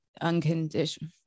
unconditional